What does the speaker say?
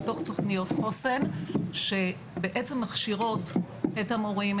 לתוך תוכניות חוסן שבעצם מכשירות את המורים,